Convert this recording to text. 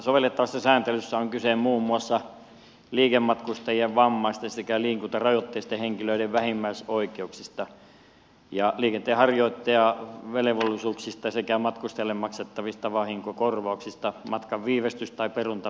sovellettavassa sääntelyssä on kyse muun muassa liikematkustajien vammaisten sekä liikuntarajoitteisten henkilöiden vähimmäisoikeuksista ja liikenteenharjoittajan velvollisuuksista sekä matkustajalle maksettavista vahinkokorvauksista matkan viivästys tai peruuntumistilanteessa